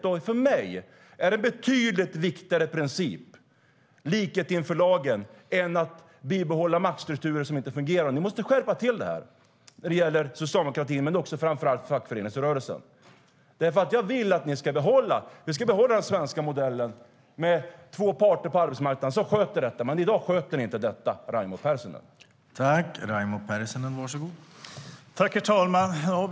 För mig är likhet inför lagen en betydligt viktigare princip än att bibehålla maktstrukturer som inte fungerar.